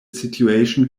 situation